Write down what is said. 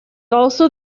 also